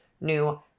new